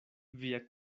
via